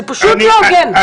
זה פשוט לא הוגן.